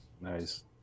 Nice